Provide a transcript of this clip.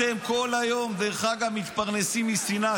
אתם כל היום, דרך אגב, מתפרנסים משנאה.